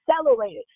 accelerated